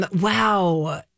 Wow